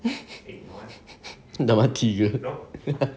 dah mati ke